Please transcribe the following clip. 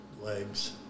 legs